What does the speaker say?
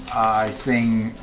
sing,